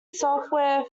software